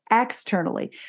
externally